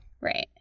Right